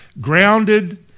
grounded